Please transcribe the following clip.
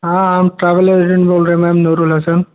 हाँ हम travel agent बोल रहे हैं मेम नूर उल हसन